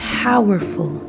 powerful